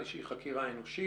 איזושהי חקירה אנושית,